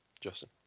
Justin